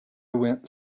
went